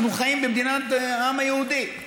שאנחנו חיים במדינת העם היהודי.